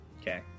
Okay